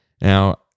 Now